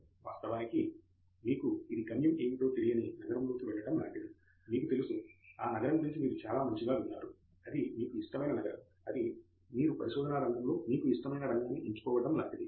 వాస్తవానికి మీకు ఇది గమ్యం ఏమిటో తెలియని నగరంలోకి వెళ్ళడం లాంటిది మీకు తెలుసు ఆ నగరం గురించి మీరు చాలా మంచిగా విన్నారు అది మీకు ఇష్టమైన నగరం అది మీరు పరిశోధనా రంగం లో మీకు ఇష్టమైన రంగాన్ని ఎంచుకోవడం లాంటిది